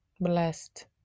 Blessed